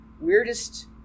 weirdest